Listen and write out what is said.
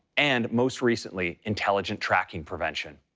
and most recently, intelligent tracking prevention.